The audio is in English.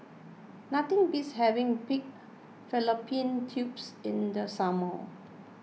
nothing beats having Pig Fallopian Tubes in the summer